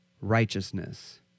righteousness